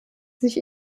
sich